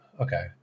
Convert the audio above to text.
okay